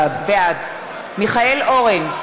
בעד מיכאל אורן,